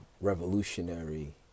revolutionary